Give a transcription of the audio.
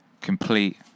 complete